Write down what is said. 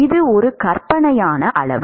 இது ஒரு கற்பனையான அளவு